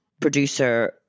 producer